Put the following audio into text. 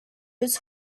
his